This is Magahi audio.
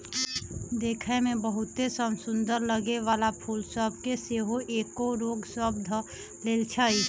देखय में बहुते समसुन्दर लगे वला फूल सभ के सेहो कएगो रोग सभ ध लेए छइ